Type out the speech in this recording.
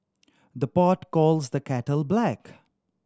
the pot calls the kettle black